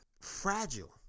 fragile